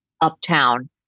uptown